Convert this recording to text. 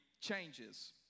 changes